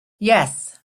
yes